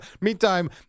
Meantime